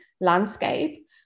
landscape